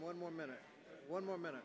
one more minute one more minute